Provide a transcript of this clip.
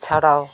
ᱪᱷᱟᱲᱟᱣ